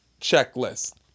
Checklist